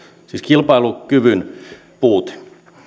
siis kilpailukyvyn puute